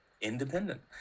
independent